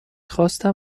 خواستم